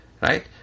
right